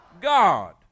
God